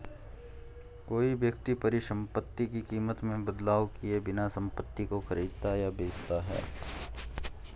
कोई व्यक्ति परिसंपत्ति की कीमत में बदलाव किए बिना संपत्ति को खरीदता या बेचता है